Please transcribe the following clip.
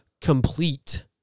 complete